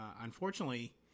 unfortunately